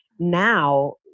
now